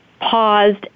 paused